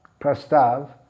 Prastav